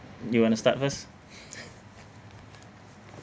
you want to start first